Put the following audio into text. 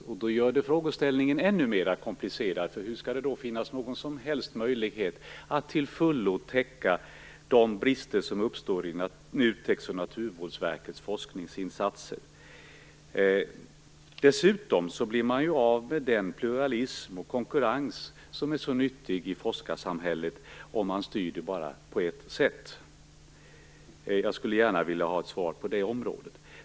Det gör frågeställningen ännu mera komplicerad, för hur skall det då finnas någon som helst möjlighet att till fullo täcka de brister som uppstår i NUTEK:s och Naturvårdsverkets forskningsinsatser? Dessutom blir man av med den pluralism och konkurrens som är så nyttig i forskarsamhället om man styr det bara på ett sätt. Jag skulle gärna vilja ha ett svar på det området.